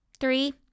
Three